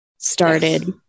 started